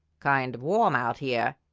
kind of warm out here!